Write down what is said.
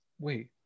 wait